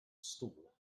stall